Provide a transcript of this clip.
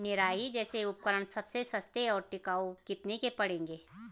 निराई जैसे उपकरण सबसे सस्ते और टिकाऊ कितने के पड़ेंगे?